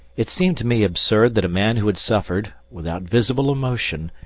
it seemed to me absurd that a man who had suffered, without visible emotion,